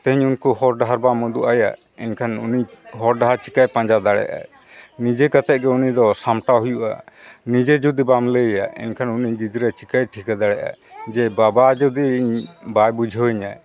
ᱛᱮᱦᱮᱧ ᱩᱱᱠᱩ ᱦᱚᱨ ᱰᱟᱦᱟᱨ ᱵᱟᱢ ᱩᱫᱩᱜ ᱟᱭᱟ ᱮᱱᱠᱷᱟᱱ ᱩᱱᱤ ᱦᱚᱨ ᱰᱟᱦᱟᱨ ᱪᱤᱠᱟᱹᱭ ᱯᱟᱸᱡᱟ ᱫᱟᱲᱮᱭᱟᱜᱼᱟ ᱱᱤᱡᱮ ᱠᱟᱛᱮᱫ ᱜᱮ ᱩᱱᱤ ᱫᱚ ᱥᱟᱢᱴᱟᱣ ᱦᱩᱭᱩᱜᱼᱟ ᱱᱤᱡᱮ ᱡᱩᱫᱤ ᱵᱟᱢ ᱞᱟᱹᱭ ᱟᱭᱟ ᱮᱱᱠᱷᱟᱱ ᱩᱱᱤ ᱜᱤᱫᱽᱨᱟᱹ ᱪᱤᱠᱟᱹᱭ ᱴᱷᱤᱠᱟᱹ ᱫᱟᱲᱮᱭᱟᱜᱼᱟ ᱵᱟᱵᱟ ᱡᱩᱫᱤ ᱤᱧ ᱵᱟᱭ ᱵᱩᱡᱷᱟᱹᱣ ᱤᱧᱟᱹ